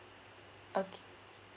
okay